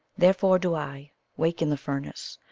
therefore do i wake in the furnace.